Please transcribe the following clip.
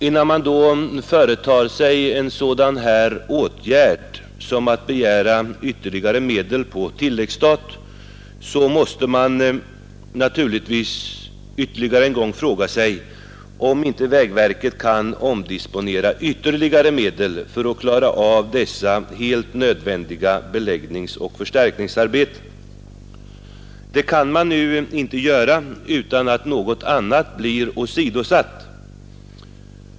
Innan man företar sig en sådan åtgärd som att begära ytterligare medel på tilläggsstat, måste man naturligtvis ännu en gång fråga sig om inte vägverket kan omdisponera ytterligare medel för att göra upp dessa helt nödvändiga beläggningsoch förstärkningsarbeten. Det kan verket nu inte göra utan att något annat blir eftersatt.